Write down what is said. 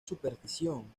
superstición